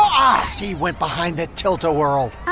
ah he went behind the tilt-a-whirl.